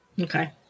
Okay